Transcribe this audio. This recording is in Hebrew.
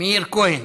מאיר כהן,